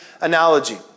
analogy